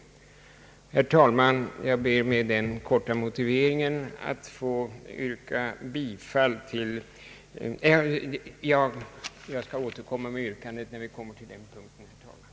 Herr talman! Jag ber att få återkomma med yrkandet när vi kommer till den punkten.